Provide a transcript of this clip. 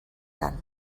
tant